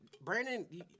Brandon